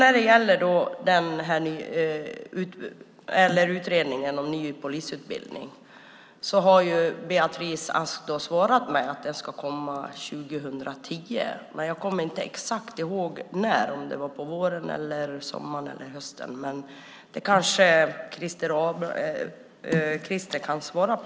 När det gäller utredningen om en ny polisutbildning har Beatrice Ask svarat att detta ska komma 2010. Men jag kommer inte ihåg exakt när. Var det på våren, sommaren eller hösten? Det kanske Krister kan svara på.